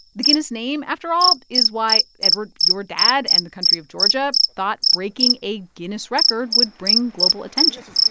the guinness name after all is why, eduard, your dad and the country of georgia thought breaking a guinness record would bring global attention